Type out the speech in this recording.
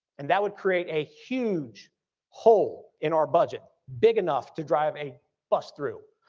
and that would create a huge hole in our budget big enough to drive a bus through.